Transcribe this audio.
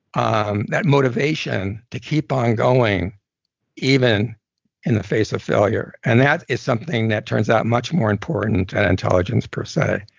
um that motivation, to keep on going even in the face of failure and that is something that turns out much more important than and intelligence per say